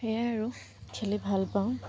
সেয়াই আৰু খেলি ভালপাওঁ